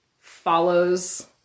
follows